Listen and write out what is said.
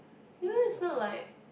you know it's not like